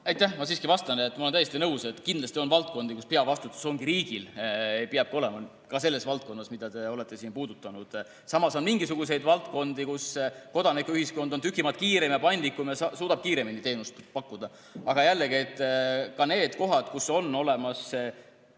Aitäh! Ma siiski vastan. Ma olen täiesti nõus, et kindlasti on valdkondi, kus peavastutus ongi riigil, ja peabki olema, ka selles valdkonnas, mida te olete siin puudutanud. Samas on mingisuguseid valdkondi, kus kodanikuühiskond on tükk maad kiirem ja paindlikum ning suudab kiiremini teenust pakkuda. Aga jällegi, nendes kohtades, kus peavastutus